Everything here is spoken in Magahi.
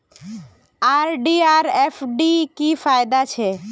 आर.डी आर एफ.डी की फ़ायदा छे?